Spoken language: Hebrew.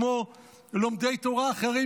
כמו לומדי תורה אחרים,